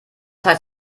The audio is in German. heißt